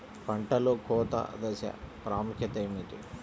పంటలో కోత దశ ప్రాముఖ్యత ఏమిటి?